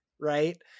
right